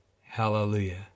Hallelujah